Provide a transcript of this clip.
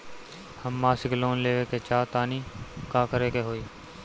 हम मासिक लोन लेवे के चाह तानि का करे के होई?